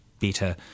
better